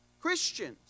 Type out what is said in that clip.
Christians